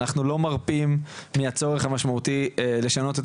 אנחנו לא מרפים מהצורך המשמעותי לשנות את